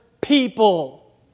people